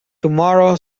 tomorrow